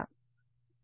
చాలా మంచి ప్రశ్న